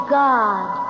god